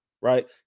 Right